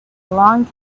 long